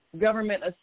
government